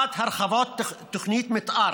1. הרחבת תוכנית מתאר.